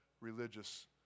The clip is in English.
religious